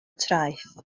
traeth